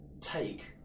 take